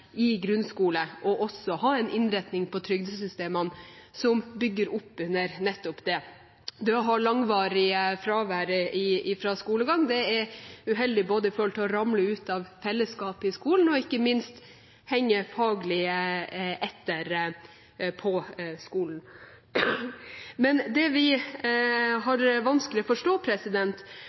i grunnskole, og ha en innretning på trygdesystemene som bygger opp under nettopp det. Langvarig fravær fra skolegang er uheldig, både når det gjelder det å ramle ut av fellesskapet i skolen, og ikke minst bli hengende etter faglig. Men det vi har vanskelig med å forstå,